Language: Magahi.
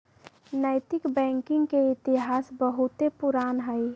नैतिक बैंकिंग के इतिहास बहुते पुरान हइ